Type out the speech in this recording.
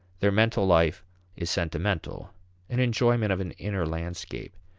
their mental life is sentimental an enjoyment of an inner landscape.